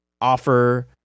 offer